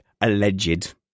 alleged